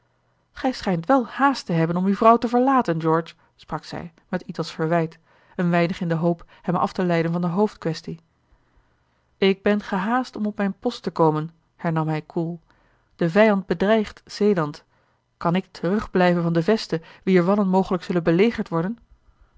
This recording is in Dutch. gij schijnt wel haast te hebben om uwe vrouw te verlaten george sprak zij met iets als verwijt een weinig in de hoop hem af te leiden van de hoofdquaestie ik ben gehaast om op mijn post te komen hernam hij koel de vijand bedreigt zeeland kan ik terugblijven van de veste wier wallen mogelijk zullen belegerd worden